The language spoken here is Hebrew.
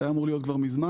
ההיה אמור להיות כבר מזמן,